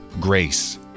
grace